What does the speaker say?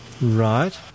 Right